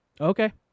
Okay